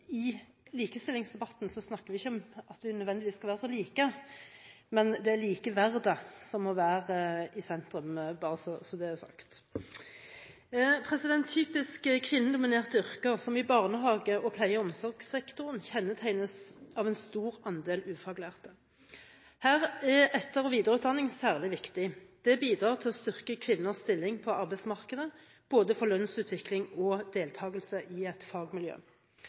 i likestillingsdebatten snakker vi ikke om at vi nødvendigvis skal være så like, men det er likeverdet som må være i sentrum – bare så det er sagt. Typiske kvinnedominerte yrker, som i barnehage og pleie- og omsorgssektoren, kjennetegnes av en stor andel ufaglærte. Her er etter- og videreutdanning særlig viktig. Det bidrar til å styrke kvinners stilling på arbeidsmarkedet, både for lønnsutvikling og deltakelse i fagmiljøene. Høyre vil ha et